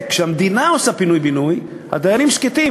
כשהמדינה עושה פינוי-בינוי הדיירים שקטים.